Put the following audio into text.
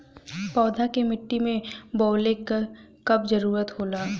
पौधा के मिट्टी में बोवले क कब जरूरत होला